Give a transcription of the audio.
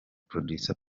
producer